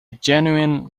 genuine